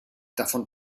davon